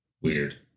Weird